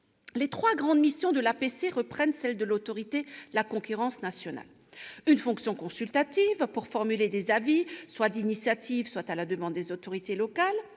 Les trois grandes missions de l'APC reprennent celles de l'autorité de la concurrence nationale : une fonction consultative, pour formuler des avis, soit d'initiative, soit à la demande des autorités locales